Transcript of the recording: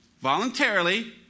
voluntarily